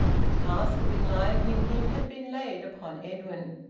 the task of enlivening him had been laid upon edwin.